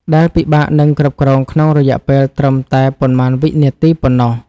ដែលពិបាកនឹងគ្រប់គ្រងក្នុងរយៈពេលត្រឹមតែប៉ុន្មានវិនាទីប៉ុណ្ណោះ។